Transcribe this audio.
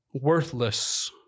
worthless